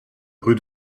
rue